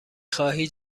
خواهی